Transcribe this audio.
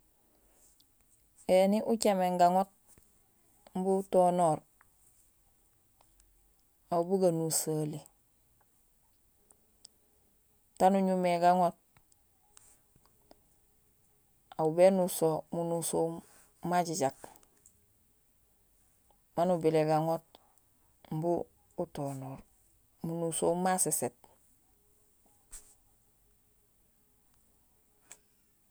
Ēni ucaméén gaŋoot umbi utonoor, aw bu ganusohali. Taan uñumé gaŋoot, aw bénuso munusowum majajak maan ubilé gaŋoot imbi utonoor, nunosowum ma séséét